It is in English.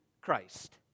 Christ